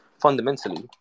fundamentally